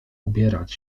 ubierać